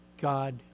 God